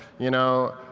you know,